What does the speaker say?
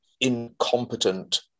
incompetent